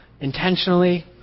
intentionally